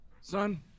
Son